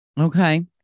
Okay